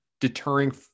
deterring